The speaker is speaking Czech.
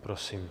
Prosím.